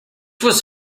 was